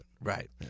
Right